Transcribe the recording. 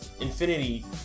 Infinity